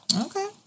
Okay